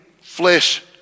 flesh